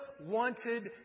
wanted